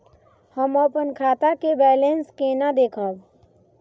हम अपन खाता के बैलेंस केना देखब?